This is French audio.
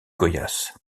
goiás